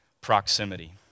Proximity